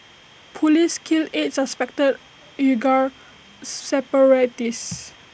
Police kill eight suspected Uighur separatists